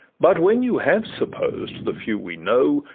but when you have supposed the few we know,